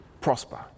prosper